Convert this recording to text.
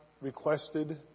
requested